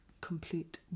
complete